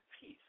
peace